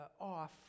off